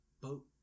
boat